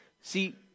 See